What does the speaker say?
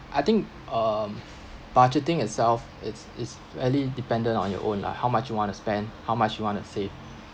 I think um budgeting itself it's it's really dependent on your own lah how much you want to spend how much you want to save